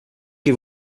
que